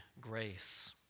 grace